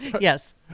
Yes